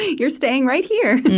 you're staying right here.